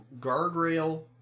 guardrail